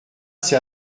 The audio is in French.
c’est